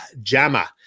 Jama